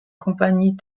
compagnie